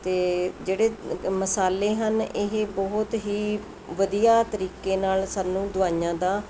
ਅਤੇ ਜਿਹੜੇ ਮਸਾਲੇ ਹਨ ਇਹ ਬਹੁਤ ਹੀ ਵਧੀਆ ਤਰੀਕੇ ਨਾਲ ਸਾਨੂੰ ਦਵਾਈਆਂ ਦਾ